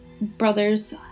Brothers